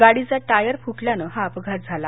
गाडीचा टायर फुटल्यानं हा अपघात झाला